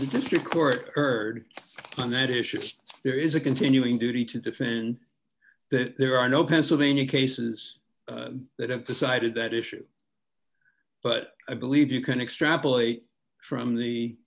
the district court heard on that issue there is a continuing duty to defend that there are no pennsylvania cases that have decided that issue but i believe you can extrapolate from the